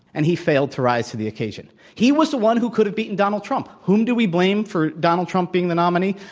and he failed to rise to the occasion. he was the one who could have beaten donald trump. whom do we blame for donald trump being the nominee?